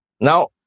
Now